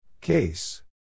Case